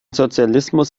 sozialismus